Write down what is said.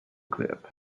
clip